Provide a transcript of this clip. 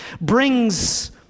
brings